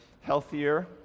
healthier